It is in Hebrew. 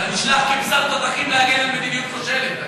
אתה נשלח כבשר תותחים להגן על מדיניות כושלת.